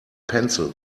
pencil